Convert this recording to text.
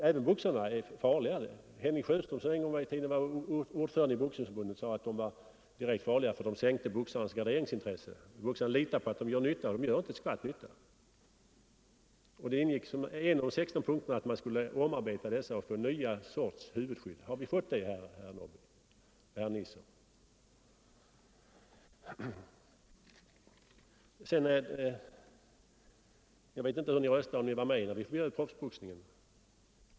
Även boxarna är farligare nu. Henning Sjöström, en gång ordförande i Boxningsförbundet, säger att huvudskydden är farliga eftersom de sänker boxarnas garderingsintresse. Boxarna litar på att skydden skall göra nytta, men de gör inte ett skvatt nytta. I en av de 16 punkterna begärdes att man skulle få nya huvudskydd. Har vi fått det, herrar Norrby och Nisser? Jag vet inte om ni var med och förbjöd proffsboxningen.